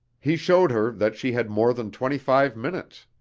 he showed her that she had more than twenty-five minutes.